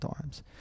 times